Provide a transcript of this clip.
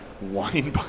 wine